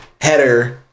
header